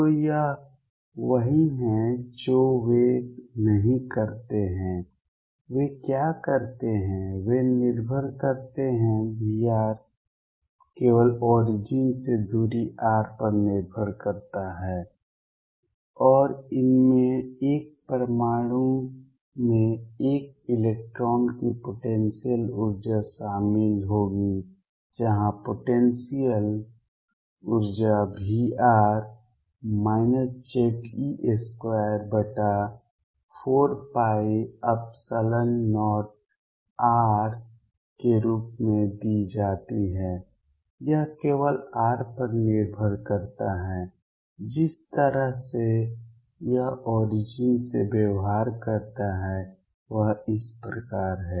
तो यह वही है जो वे नहीं करते हैं वे क्या करते हैं वे निर्भर करते हैं V केवल ओरिजिन से दूरी r पर निर्भर करता है और इनमें एक परमाणु में एक इलेक्ट्रॉन की पोटेंसियल ऊर्जा शामिल होगी जहां पोटेंसियल ऊर्जा V Ze24π0r के रूप में दी जाती है यह केवल r पर निर्भर करता है और जिस तरह से यह ओरिजिन से व्यवहार करता है वह इस प्रकार है